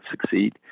succeed